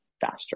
faster